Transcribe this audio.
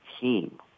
team